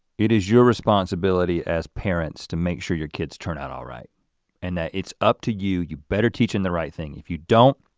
it is your responsibility as parents to make sure your kids turn out all right and that it's up to you, you better teach them and the right thing. if you don't,